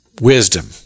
wisdom